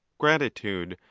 gratitude,